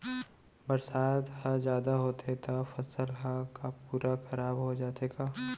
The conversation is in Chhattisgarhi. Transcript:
बरसात ह जादा होथे त फसल ह का पूरा खराब हो जाथे का?